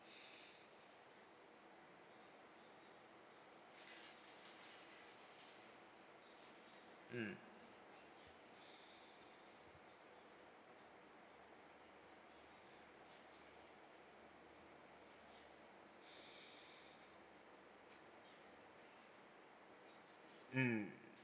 mm mm